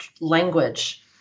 language